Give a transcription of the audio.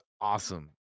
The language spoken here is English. awesome